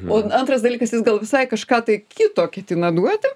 o antras dalykas jis gal visai kažką tai kito ketina duoti